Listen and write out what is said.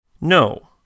No